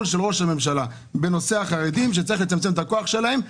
של ראש הממשלה לגבי הצורך בצמצום כוח החרדים.